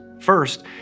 First